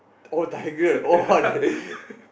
oh Tigreal oh